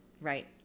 Right